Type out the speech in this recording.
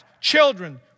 children